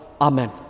Amen